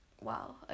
wow